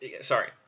Sorry